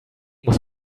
muss